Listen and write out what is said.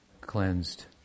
cleansed